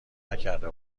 نکرده